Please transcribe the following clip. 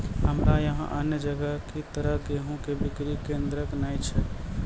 हमरा यहाँ अन्य जगह की तरह गेहूँ के बिक्री केन्द्रऽक नैय छैय?